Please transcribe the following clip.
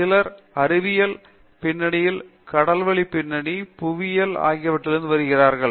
சிலர் அறிவியல் பின்னணியில் கடல்வழி பின்னணி புவியியலியல் ஆகியவற்றில் இருந்து வருகிறார்கள்